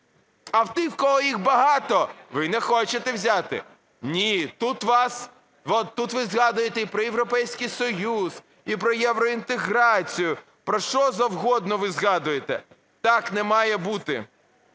А в тих, в кого їх багато, ви не хочете взяти. Ні, тут ви згадуєте і про Європейський Союз, і про євроінтеграцію, про що завгодно ви згадуєте. Так не має бути,